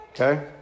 Okay